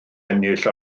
ennill